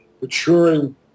maturing